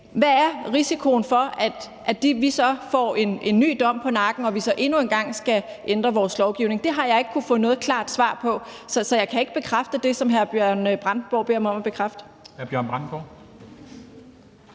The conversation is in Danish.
der er i dag, får en ny dom på nakken og endnu en gang skal ændre vores lovgivning? Det har jeg ikke kunnet få noget klart svar på. Så jeg kan ikke bekræfte det, som hr. Bjørn Brandenborg beder mig om at bekræfte.